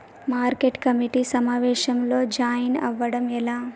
Market committee సమావేశంలో join అవ్వడం ఎలా?